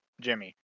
jimmy